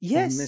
Yes